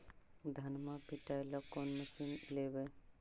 धनमा पिटेला कौन मशीन लैबै?